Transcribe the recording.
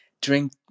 drink